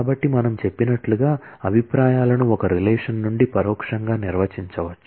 కాబట్టి మనం చెప్పినట్లుగా అభిప్రాయాలను ఒక రిలేషన్ నుండి పరోక్షంగా నిర్వచించవచ్చు